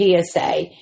PSA